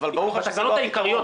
התקנות העיקריות,